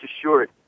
assured